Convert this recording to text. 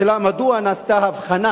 השאלה מדוע נעשתה הבחנה